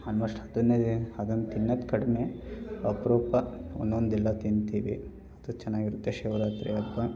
almost ಅದನ್ನೇ ಅದನ್ನ ತಿನ್ನೋದು ಕಡಿಮೆ ಅಪರೂಪ ಒಂದೊಂದೆಲ್ಲ ತಿಂತೀವಿ ಅದು ಚೆನ್ನಾಗಿರುತ್ತೆ ಶಿವರಾತ್ರಿ ಹಬ್ಬ